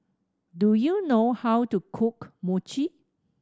do you know how to cook Mochi